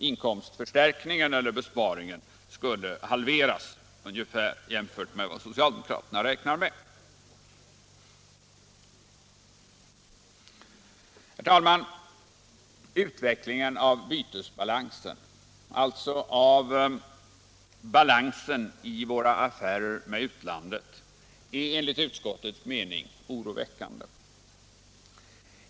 Inkomstförstärkningen skulle ungefär halveras jämfört med vad socialdemokraterna räknar med. Herr talman! Utvecklingen av bytesbalansen, alltså av balansen i våra affärer med utlandet, är enligt utskottets mening oroväckande.